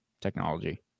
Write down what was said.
technology